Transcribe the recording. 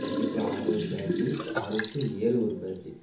அஞ்சு டூ ஆறு ஒரு பேட்ச்சு ஆறு டூ ஏழு ஒரு பேட்ச்சு